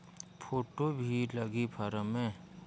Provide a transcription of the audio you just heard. Photo भी लगी form मे?